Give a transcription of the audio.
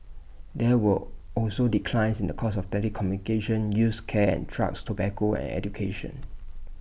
there were also declines in the cost of telecommunication used cares and trucks tobacco and education